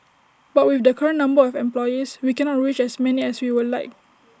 but with the current number of employees we cannot reach as many as we would like